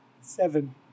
Seven